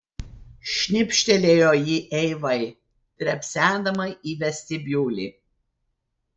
šnipštelėjo ji eivai trepsendama į vestibiulį